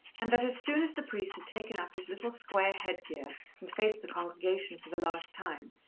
and that as soon as the priest had taken up his little square headgear and faced the congregation for the last time,